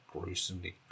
gruesomely